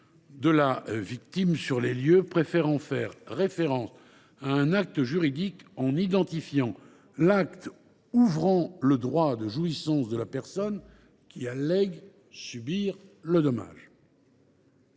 de la victime sur les lieux ; vous avez ainsi privilégié la référence à un acte juridique en identifiant « l’acte ouvrant le droit de jouissance de la personne qui allègue subir le dommage